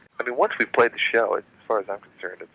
i mean once we've played the show, as far as i'm concerned,